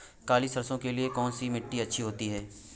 काली सरसो के लिए कौन सी मिट्टी अच्छी होती है?